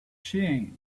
change